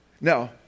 Now